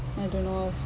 I don't know also